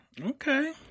Okay